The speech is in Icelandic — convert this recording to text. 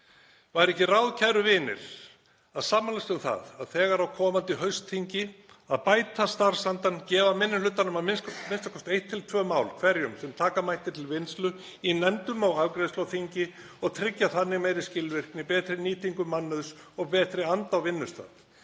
Væri ekki ráð, kæru vinir, að sammælast um það þegar á komandi haustþingi að bæta starfsandann, gefa minni hlutanum a.m.k. 1–2 mál hverjum sem taka mætti til vinnslu í nefndum og til afgreiðslu á þingi og tryggja þannig meiri skilvirkni, betri nýtingu mannauðs og betri anda á vinnustað?